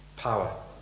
Power